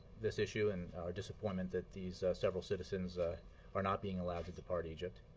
this issue and our disappointment that these several citizens ah are not being allowed to depart egypt,